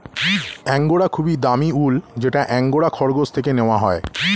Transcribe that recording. angora খুবই দামি উল যেটা অ্যাঙ্গোরা খরগোশ থেকে নেওয়া হয়